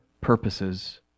purposes